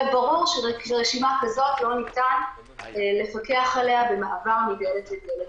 וברור שעל רשימה כזו לא ניתן לפקח במעבר מדלת לדלת.